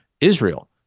israel